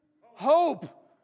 hope